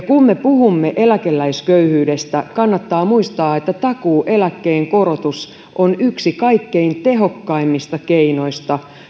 kun me puhumme eläkeläisköyhyydestä kannattaa muistaa että takuueläkkeen korotus on yksi kaikkein tehokkaimmista keinoista